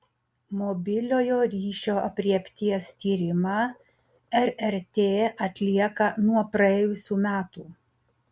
mobiliojo ryšio aprėpties tyrimą rrt atlieka nuo praėjusių metų